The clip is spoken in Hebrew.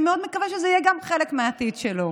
אני מאוד מקווה שזה יהיה גם חלק מהעתיד שלו,